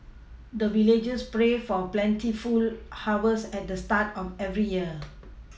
the villagers pray for plentiful harvest at the start of every year